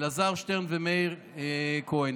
אלעזר שטרן ומאיר כהן.